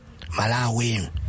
Malawi